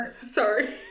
Sorry